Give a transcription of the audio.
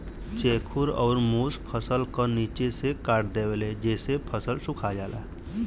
चेखुर अउर मुस फसल क निचे से काट देवेले जेसे फसल सुखा जाला